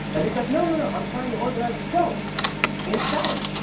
and he is like, no, no! i'm trying to organize a show in saudi.